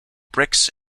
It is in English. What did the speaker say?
bricks